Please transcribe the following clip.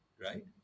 right